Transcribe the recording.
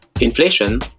Inflation